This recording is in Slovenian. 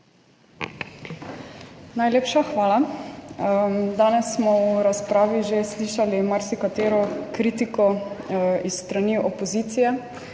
Najlepša hvala. Danes smo v razpravi slišali že marsikatero kritiko s strani opozicije